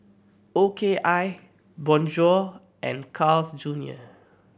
O K I Bonjour and Carl's Junior